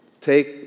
take